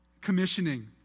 commissioning